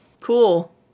Cool